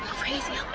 crazy